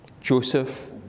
Joseph